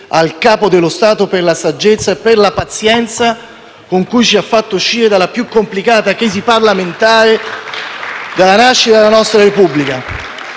al Capo dello Stato, per la saggezza e per la pazienza con cui ci ha fatto uscire dalla più complicata crisi parlamentare dalla nascita della nostra Repubblica.